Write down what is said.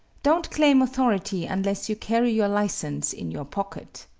don't claim authority unless you carry your license in your pocket.